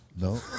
no